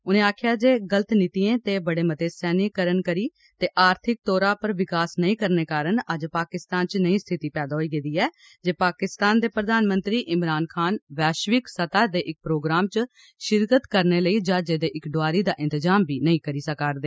उनें आक्खेआ जे गल्त नीतिएं ते बड़े मते सैन्यीकरण करी ते आर्थिक तौर पर विकास नेइं करने कारण अज्ज पाकिस्तान च नेयी स्थिति पैदा होई गेदी ऐ जे पाकिस्तान दे प्रधानमंत्री इमरान खान वैश्विक सतह् दे इक प्रोग्राम च शिरकत करने लेई जहाजै दी इक डोआरी दा इंतजाम बी नेई करी सका'रदे